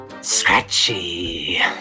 Scratchy